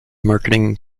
marketing